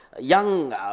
young